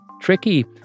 tricky